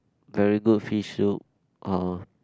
very good fish soup or